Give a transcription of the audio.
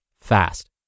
fast